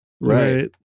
Right